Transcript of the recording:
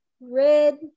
red